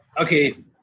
Okay